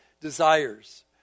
desires